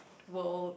world